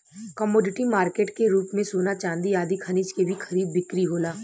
commodity market के रूप में सोना चांदी आदि खनिज के भी खरीद बिक्री होला